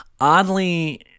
oddly